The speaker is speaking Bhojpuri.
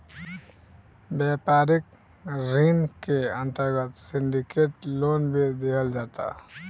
व्यापारिक ऋण के अंतर्गत सिंडिकेट लोन भी दीहल जाता